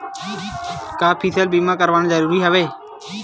का फसल बीमा करवाना ज़रूरी हवय?